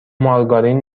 مارگارین